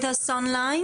רב.